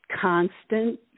constant